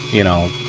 you know,